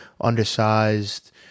undersized